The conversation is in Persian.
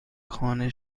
خانه